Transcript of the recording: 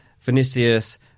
Vinicius